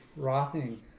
frothing